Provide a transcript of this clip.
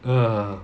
err